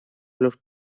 los